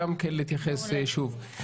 אנחנו מבקשים שאותו חבר או חבר נוסף,